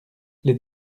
les